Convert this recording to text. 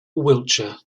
wiltshire